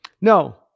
No